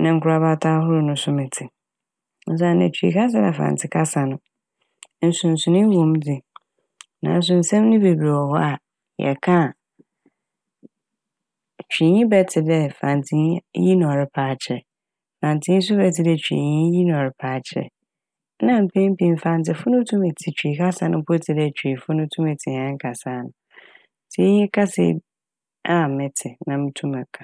ne nkorabata ahorow no so metse osiandɛ Twii kasa na Fantse kasa no nsonsonee wɔ mu dze naaso nsɛm ne bebree wɔ hɔ a yɛka a Twiinyi bɛtse dɛ Fantsenyi iyi na ɔrepɛ akyerɛ, Fantsenyi so bɛtse dɛ Twiinyi iyi na ɔrepɛ akyerɛ na mpɛn pii Fantsefo no tum tse Twii kasa no mpo tse dɛ Twiifo no tum tse hɛn kasaa no ntsi iyi kasa eb- a metse na motum meka.